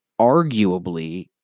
arguably